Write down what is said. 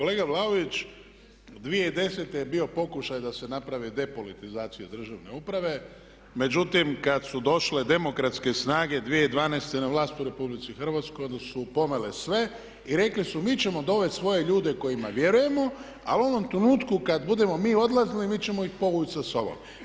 Kolega Vlaović, 2010. je bio pokušaj da se napravi depolitizacija državne uprave, međutim kada su došle demokratske snage 2012. na vlast u RH onda su pomele sve i rekle su mi ćemo dovesti svoje ljude kojima vjerujemo ali u ovom trenutku kada budemo mi odlazili mi ćemo ih povući sa sobom.